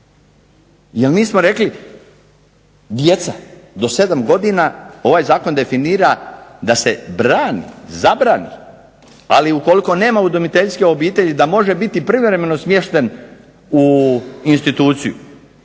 Jer mi smo rekli, djeca do 7 godina ovaj zakon definira da se brani, zabrani, ali ukoliko nema udomiteljske obitelji da može biti privremeno smješten u instituciju.